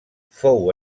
fou